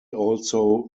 also